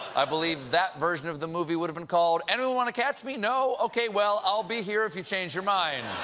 i believe that version of the movie would have been called, anyone want to catch me? no? okay, well, i'll be here if you change your mind.